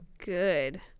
good